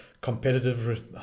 competitive